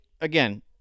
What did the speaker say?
again